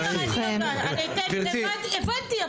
גברתי --- הבנתי,